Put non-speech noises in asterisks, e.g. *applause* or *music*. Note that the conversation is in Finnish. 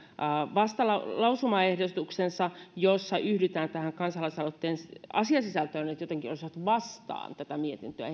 lausumaehdotuksensa jossa yhdytään tähän kansalaisaloitteen asiasisältöön nyt olisivat jotenkin vastaan tätä mietintöä *unintelligible*